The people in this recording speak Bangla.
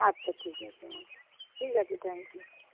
আচ্ছা ঠিক আছে ম্যাম ঠিক আছে থ্যাংক ইউ